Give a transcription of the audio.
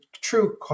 true